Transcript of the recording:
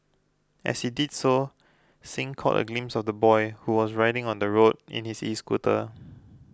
as he did so Singh caught a glimpse of the boy who was riding on the road in his escooter